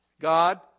God